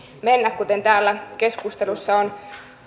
mennä kuten täällä keskustelussa on